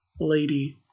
lady